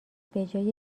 بجای